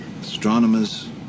astronomers